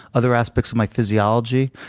other aspects of my physiology.